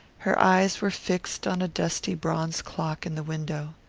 her eyes were fixed on a dusty bronze clock in the window.